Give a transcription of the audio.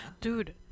Dude